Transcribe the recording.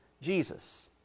Jesus